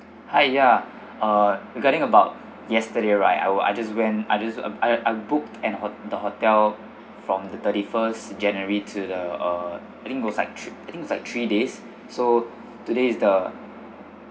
hi ya uh regarding about yesterday right I will I just went I just I I booked and ho~ the hotel from the thirty first january to the uh I think goes like I think it's like three days so today is the